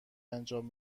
انجام